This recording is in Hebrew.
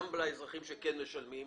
גם לאזרחים שכן משלמים.